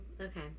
okay